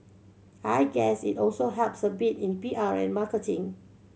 I guess it also helps a bit in P R and marketing